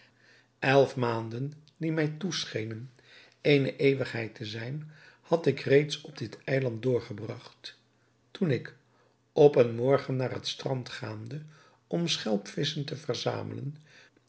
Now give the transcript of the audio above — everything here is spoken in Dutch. elf maanden die mij toeschenen eene eeuwigheid te zijn had ik reeds op dit eiland doorgebragt toen ik op een morgen naar het strand gaande om schelpvisschen te verzamelen